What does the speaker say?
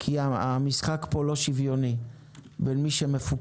כי המשחק פה לא שוויוני בין מי שמפוקח